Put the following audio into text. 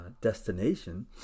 destination